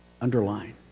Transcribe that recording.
underline